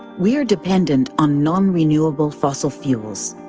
we are dependent on non-renewal fossil fuels,